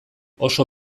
oso